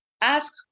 ask